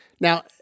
Now